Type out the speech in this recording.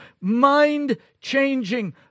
mind-changing